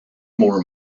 more